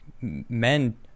men